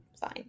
fine